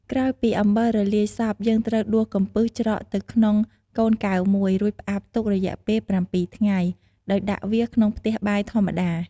ក្រោយពីអំបិលរលាយសព្វ យើងត្រូវដួសកំពឹសច្រកទៅក្នុងកូនកែវមួយ រួចផ្អាប់ទុករយៈពេល ៧ថ្ងៃ ដោយដាក់វាក្នុងផ្ទះបាយធម្មតា។